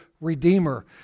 redeemer